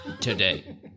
today